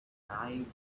nein